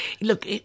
Look